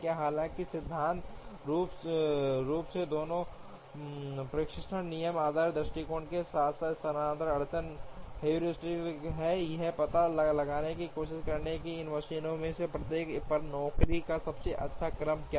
हालांकि सिद्धांत रूप में दोनों प्रेषण नियम आधारित दृष्टिकोण के साथ साथ स्थानांतरण अड़चन हेयुरिस्टिक है यह पता लगाने की कोशिश करें कि इन मशीनों में से प्रत्येक पर नौकरियों का सबसे अच्छा क्रम क्या है